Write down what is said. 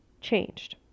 changed